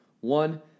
One